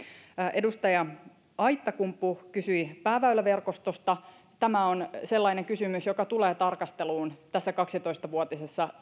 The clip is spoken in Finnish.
edustaja aittakumpu kysyi pääväyläverkostosta tämä on sellainen kysymys joka tulee tarkasteluun tässä kaksitoista vuotisessa